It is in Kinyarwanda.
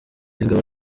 ingabo